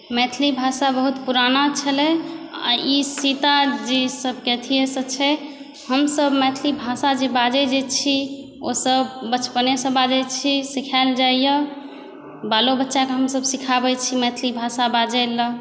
मैथिली भाषा बहुत पुराना छलै आओर ई सीताजी सबके अथिएसँ छै हमसब मैथिली भाषा जे बाजै जे छी ओसब बचपनेसँ बाजै छी सिखाएल जाइए बालो बच्चाके हमसब सिखाबै छी मैथिली भाषा बाजैलए